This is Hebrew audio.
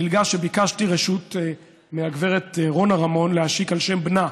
מלגה שביקשתי רשות מהגברת רונה רמון להשיק על שם בנה,